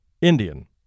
Indian